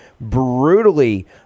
brutally